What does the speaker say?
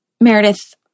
Meredith